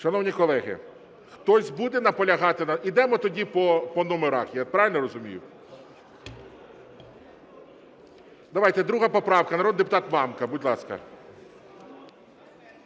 Шановні колеги, хтось буде наполягати… Йдемо тоді по номерах. Я правильно розумію? Давайте, 2 поправка, народний депутат Мамка. Будь ласка.